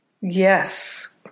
Yes